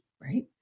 right